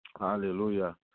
Hallelujah